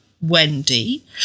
Wendy